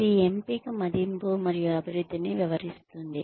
ఇది ఎంపిక మదింపు మరియు అభివృద్ధిని వివరిస్తుంది